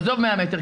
עזוב 100 מטר.